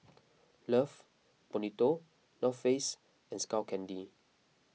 Love Bonito North Face and Skull Candy